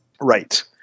Right